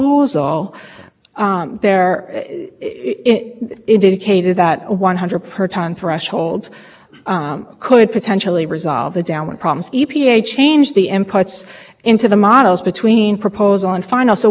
well i think that that is an interesting good point that you raise your ire because i mean this issue about applying different you know applying lower cost thresholds to certain states is not something that was raised